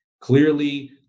Clearly